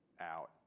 out